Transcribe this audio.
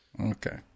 Okay